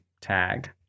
tag